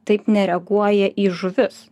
taip nereaguoja į žuvis